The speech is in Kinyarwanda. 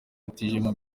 mutijima